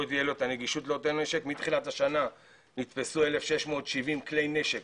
תהיה לו את הנגישות ולא את הנשק מתחילת השנה נתפסו 1,600 כלי נשק,